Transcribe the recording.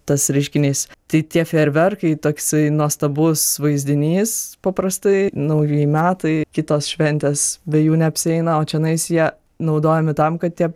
tas reiškinys tai tie fejerverkai toksai nuostabus vaizdinys paprastai naujieji metai kitos šventės be jų neapsieina o čionais jie naudojami tam kad tie